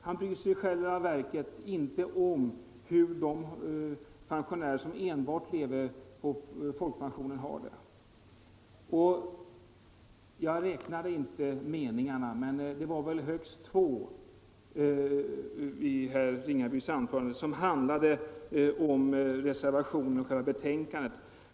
Han bryr sig i själva verket inte om hur de pensionärer som enbart lever på folkpensionen har det. Jag räknade inte meningarna, men det var väl högst två i herr Ringabys anförande som handlade om betänkandet och reservationen.